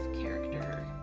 character